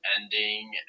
ending